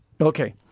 Okay